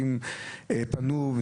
הם פנו,